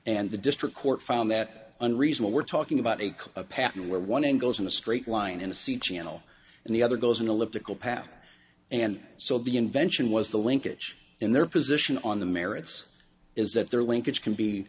and the district court found that one reason we're talking about a pattern where one goes in a straight line and see channel and the other goes an elliptical path and so the invention was the linkage in their position on the merits is that their linkage can